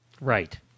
Right